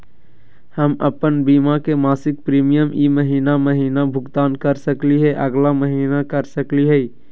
हम अप्पन बीमा के मासिक प्रीमियम ई महीना महिना भुगतान कर सकली हे, अगला महीना कर सकली हई?